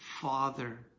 father